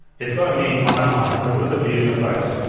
it's got mini timeline. so if you look at the user interface,